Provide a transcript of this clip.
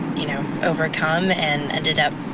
you know, overcome and ended up